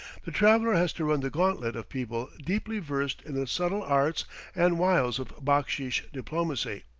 the traveller has to run the gauntlet of people deeply versed in the subtle arts and wiles of backsheesh diplomacy.